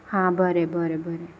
हा बरें बरें बरें